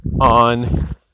on